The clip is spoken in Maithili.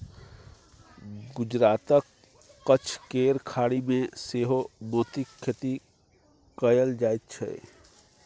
गुजरातक कच्छ केर खाड़ी मे सेहो मोतीक खेती कएल जाइत छै